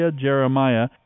Jeremiah